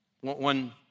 One